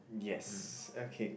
yes okay